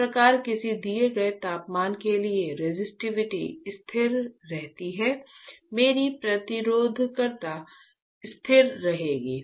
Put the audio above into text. इस प्रकार किसी दिए गए तापमान के लिए रेसिस्टिविटी स्थिर रहती है मेरी प्रतिरोधकता स्थिर रहेगी